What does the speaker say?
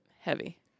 heavy